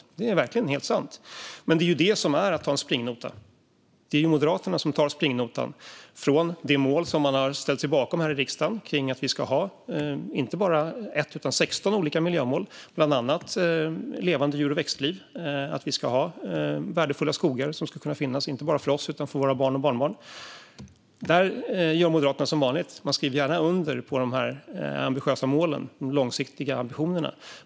Detta är verkligen helt sant. Och det är det som är att ta en springnota. Det är alltså Moderaterna som tar springnotan. Här i riksdagen har man ställt sig bakom att vi ska ha inte bara 1 utan 16 olika miljömål. Dessa gäller bland annat levande djur och växtliv och värdefulla skogar som ska kunna finnas inte bara för oss utan även för våra barn och barnbarn. Där gör Moderaterna som vanligt. De skriver gärna under på de ambitiösa målen och de långsiktiga ambitionerna.